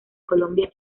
colombia